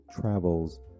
travels